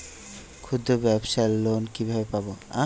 ক্ষুদ্রব্যাবসার লোন কিভাবে পাব?